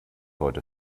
heute